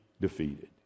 defeated